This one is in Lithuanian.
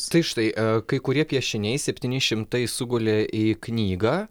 tai štai kai kurie piešiniai septyni šimtai sugulė į knygą